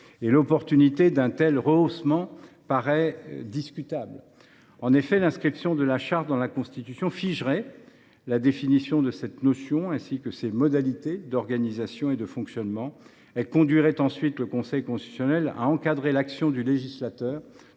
L’opportunité d’un tel rehaussement me paraît discutable. En effet, l’inscription de cette charte dans la Constitution figerait la définition du service public, ainsi que ses modalités d’organisation et de fonctionnement. Elle conduirait ensuite le Conseil constitutionnel à encadrer l’action du législateur